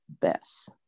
best